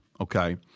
okay